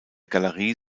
galerie